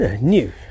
new